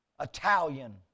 Italian